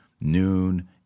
noon